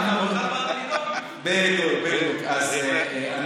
בדיוק, מה היה עושה אופיר כץ?